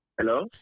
Hello